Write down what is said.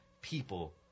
people